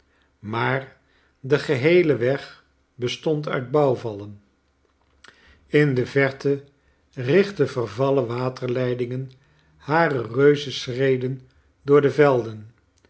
maar de geheele weg bestond uit bouwvallen in de verte richtten vervallen waterleidingen hare reuzenschreden door de velden